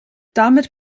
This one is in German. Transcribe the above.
damit